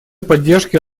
поддержке